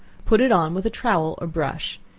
put it on with a towel or brush.